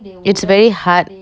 it's very hard